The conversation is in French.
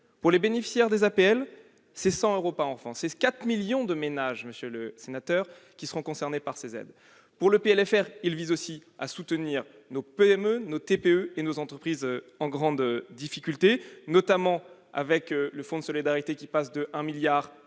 que les bénéficiaires des APL recevront 100 euros par enfant. Ce sont 4 millions de ménages, monsieur le sénateur, qui seront concernés par ces aides. Le PLFR vise aussi à soutenir nos PME, nos TPE et nos entreprises en grande difficulté, notamment grâce au fonds de solidarité, qui passe de 1 milliard